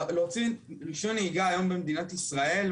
להוציא רישיון נהיגה היום במדינת ישראל,